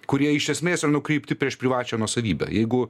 kurie iš esmės yra nukreipti prieš privačią nuosavybę jeigu